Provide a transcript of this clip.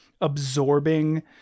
absorbing